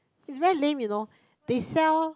it's very lame you know they sell